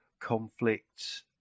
conflicts